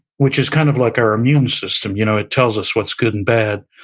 which is kind of like our immune system, you know it tells us what's good and bad.